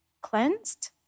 cleansed